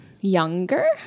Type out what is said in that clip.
younger